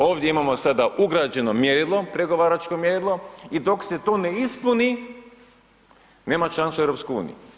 Ovdje imamo sada ugrađeno mjerilo, pregovaračko mjerilo i dok se to ne ispuni, nema šanse u EU.